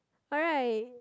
alright